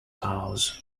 house